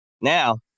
Now